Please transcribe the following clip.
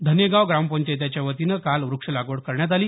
धनेगाव ग्रामपंचायतीच्या वतीनं काल व्रक्ष लागवड करण्यात आली